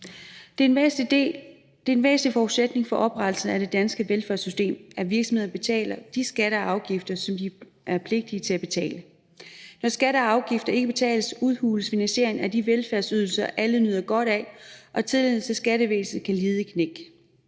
Det er en væsentlig forudsætning for oprettelsen af det danske velfærdssystem, at virksomheder betaler de skatter og afgifter, som de er pligtige til at betale. Når skatter og afgifter ikke betales, udhules finansieringen af de velfærdsydelser, som alle nyder godt af, og tilliden til skattevæsenet kan lide et knæk.